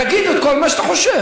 תגיד את כל מה שאתה חושב.